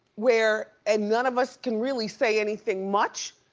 where and none of us can really say anything much.